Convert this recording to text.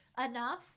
enough